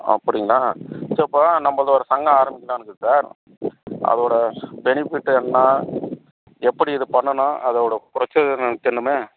அப்படிங்களா ஸோ இப்போ நம்மளது ஒரு சங்கம் ஆரமிக்கலாம்னு இருக்குது சார் இப்போ அதோடய பெனிஃபிட்டு என்ன எப்படி இது பண்ணணும் அதோடய ப்ரொசீஜர் என்னென்று எனக்கு தெரியணுமே